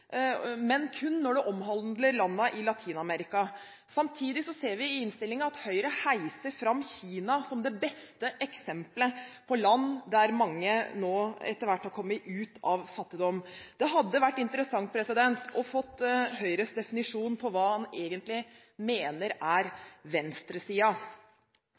men kun når det omhandler landene i Latin-Amerika. Samtidig ser vi i innstillingen at Høyre heiser fram Kina som det beste eksempelet på land der mange nå etter hvert har kommet ut av fattigdom. Det hadde vært interessant å få Høyres definisjon på hva de egentlig mener er